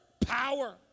power